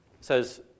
says